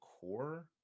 core